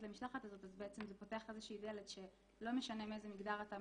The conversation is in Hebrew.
למשלחת הזאת אז זה פותח איזושהי דלת שלא משנה מאיזה מגדר אתה,